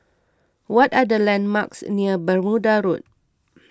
what are the landmarks near Bermuda Road